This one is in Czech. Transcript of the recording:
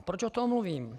Proč o tom mluvím?